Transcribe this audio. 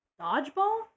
Dodgeball